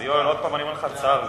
ויואל, עוד פעם אני אומר לך, צר לי.